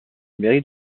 mairie